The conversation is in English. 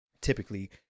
typically